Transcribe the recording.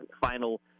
final